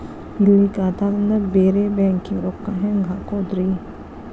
ಇಲ್ಲಿ ಖಾತಾದಿಂದ ಬೇರೆ ಬ್ಯಾಂಕಿಗೆ ರೊಕ್ಕ ಹೆಂಗ್ ಹಾಕೋದ್ರಿ?